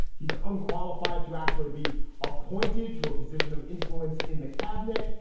he's unqualified to actually be appointed to a position of influence in the cabinet.